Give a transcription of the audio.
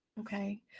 Okay